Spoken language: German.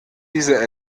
diese